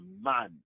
man